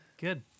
Good